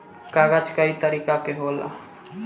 कागज कई तरीका के होला